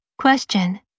Question